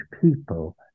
people